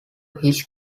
his